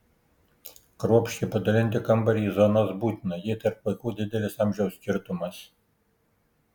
kruopščiai padalinti kambarį į zonas būtina jei tarp vaikų didelis amžiaus skirtumas